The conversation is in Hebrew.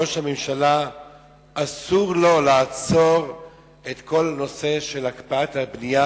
אסור לראש הממשלה לעצור את כל נושא הקפאת הבנייה,